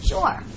Sure